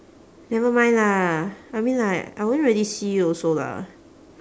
never mind lah I mean like I won't really see you also lah